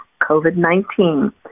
COVID-19